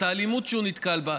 את האלימות שהוא נתקל בה,